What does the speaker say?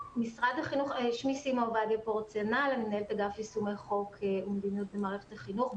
אני מנהלת אגף יישומי חוק ומדיניות במערכת החינוך,